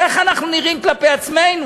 איך אנחנו נראים כלפי עצמנו?